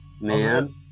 man